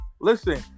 Listen